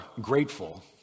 grateful